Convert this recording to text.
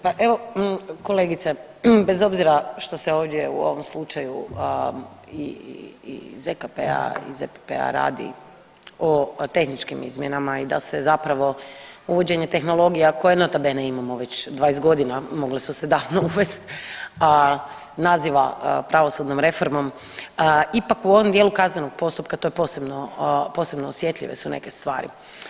Pa evo, kolegice, bez obzira što se ovdje u ovom slučaju i ZKP-a i ZPP-a radi o tehničkim izmjenama i da se zapravo uvođenje tehnologija, koje, nota bene, imamo već 20 godina, mogle su se davno uvesti, naziva pravosudnom reformom, ipak u ovom dijelu kaznenog postupka, to je posebno osjetljive su neke stvari.